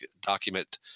document